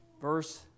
Verse